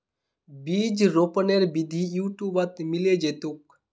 बीज रोपनेर विधि यूट्यूबत मिले जैतोक